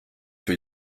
für